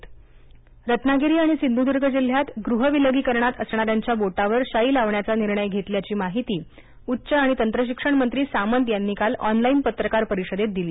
शिक्के रत्नागिरी आणि सिंधुद्र्ग जिल्ह्यात गृह विलगीकरणात असणाऱ्यांच्या बोटावर शाई लावण्याचा निर्णय घेतल्याची माहिती उच्च आणि तंत्रशिक्षण मंत्री सामंत यांनी काल ऑनलाइन पत्रकार परिषदेत दिली